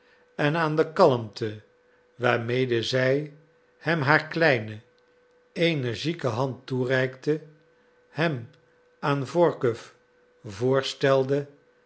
en aan de kalmte waarmede zij hem haar kleine energieke hand toereikte hem aan workuw voorstelde